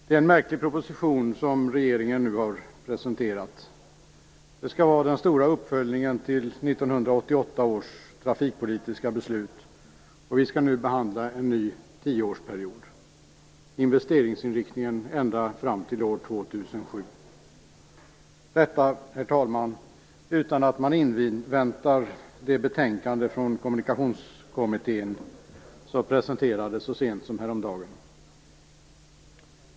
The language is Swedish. Herr talman! Det är en märklig proposition som regeringen nu har presenterat. Den skall vara den stora uppföljningen av 1988 års trafikpolitiska beslut, och vi skall nu behandla en ny tioårsperiod, investeringsinriktningen ända fram till år 2007. Detta sker, herr talman, utan att man inväntar det betänkande från Kommunikationskommittén som presenterades så sent som häromdagen.